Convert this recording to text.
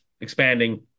expanding